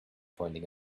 pointing